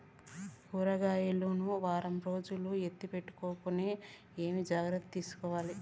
కూరగాయలు ను వారం రోజులు ఎత్తిపెట్టుకునేకి ఏమేమి జాగ్రత్తలు తీసుకొవాలి?